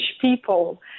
people